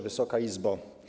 Wysoka Izbo!